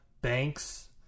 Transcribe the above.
Banks